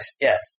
yes